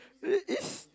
it is